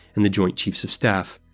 and the joint chiefs of staff.